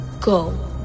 go